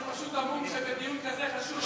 אני פשוט המום שבדיון כזה חשוב,